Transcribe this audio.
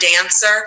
dancer